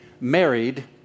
married